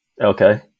okay